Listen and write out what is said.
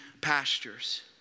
pastures